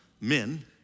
men